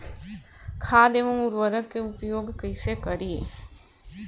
खाद व उर्वरक के उपयोग कइसे करी?